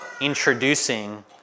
introducing